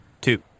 two